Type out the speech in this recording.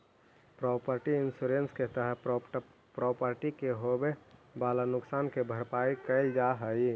property insurance के तहत property के होवेऽ वाला नुकसान के भरपाई कैल जा हई